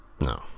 no